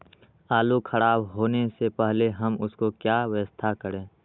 आलू खराब होने से पहले हम उसको क्या व्यवस्था करें?